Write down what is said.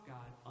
God